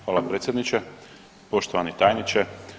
Hvala predsjedniče, poštovani tajniče.